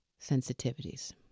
sensitivities